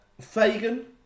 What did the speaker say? Fagan